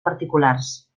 particulars